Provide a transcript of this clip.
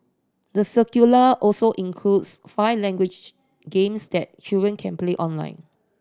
the curricula also includes five language games that children can play online